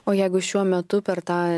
o jeigu šiuo metu per tą